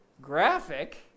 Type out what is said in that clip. graphic